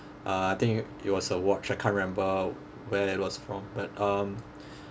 uh I think it was a watch I can't remember where it was from but um